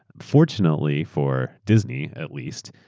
fortunately for disney, at least,